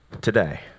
today